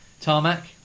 tarmac